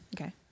Okay